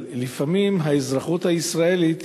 אבל לפעמים האזרחות הישראלית